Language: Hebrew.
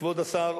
כבוד השר,